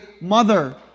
mother